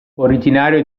originario